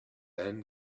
then